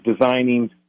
designing